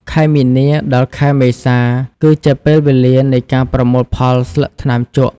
ខែមីនា ដល់ ខែមេសា គឺជាពេលវេលានៃការប្រមូលផលស្លឹកថ្នាំជក់។